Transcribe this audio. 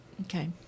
Okay